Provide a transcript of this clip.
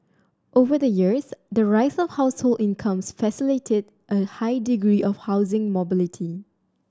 over the years the rise of household incomes facilitated a high degree of housing mobility